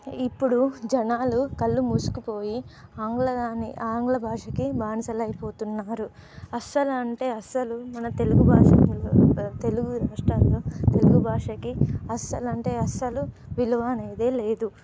ఇప్పుడు జనాలు కళ్ళు ముసుకుపోయి ఆంగ్లదాని ఆంగ్ల భాషకి బానిసలయిపోతున్నారు అస్సలంటే అస్సలు మన తెలుగు భాషలో తెలుగు రాష్ట్రాల్లో తెలుగు భాషకి అస్సలంటే అస్సలు విలువ అనేదే లేదు